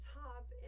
top